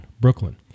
Brooklyn